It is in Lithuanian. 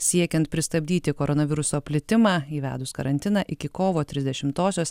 siekiant pristabdyti koronaviruso plitimą įvedus karantiną iki kovo trisdešimtosios